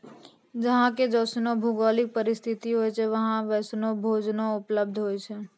जहां के जैसनो भौगोलिक परिस्थिति होय छै वहां वैसनो भोजनो उपलब्ध होय छै